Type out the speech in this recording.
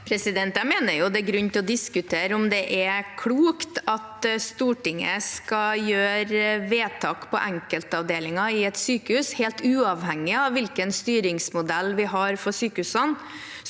Jeg mener det er grunn til å diskutere om det er klokt at Stortinget skal gjøre vedtak om enkeltavdelinger i et sykehus, helt uavhengig av hvilken styringsmodell vi har for sykehusene.